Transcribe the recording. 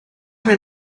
men